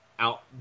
out